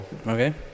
okay